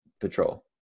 patrol